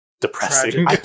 depressing